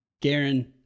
Garen